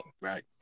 right